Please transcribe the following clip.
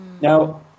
Now